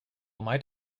might